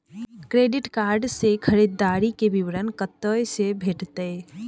Credit card से खरीददारी के विवरण कत्ते से भेटतै?